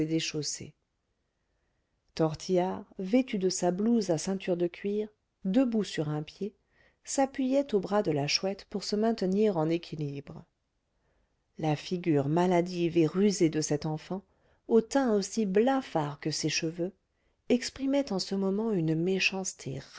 déchaussées tortillard vêtu de sa blouse à ceinture de cuir debout sur un pied s'appuyait au bras de la chouette pour se maintenir en équilibre la figure maladive et rusée de cet enfant au teint aussi blafard que ses cheveux exprimait en ce moment une méchanceté